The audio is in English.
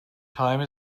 time